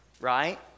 right